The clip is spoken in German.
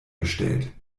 gestellt